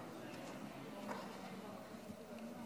ארבעה,